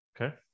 Okay